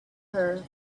her